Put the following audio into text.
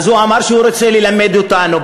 הוא אמר שהוא רוצה ללמד אותנו.